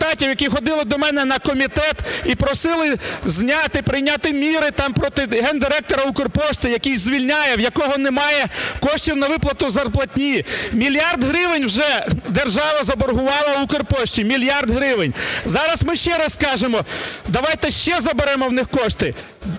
які ходили до мене на комітет і просили зняти, і прийняти міри там проти гендиректора "Укрпошти" , який звільняє, в якого немає коштів на виплату зарплатні. Мільярд гривень вже держава заборгувала "Укрпошті", мільярд гривень. Зараз ми ще раз кажемо, давайте ще заберемо в них кошти.